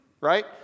right